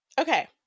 okay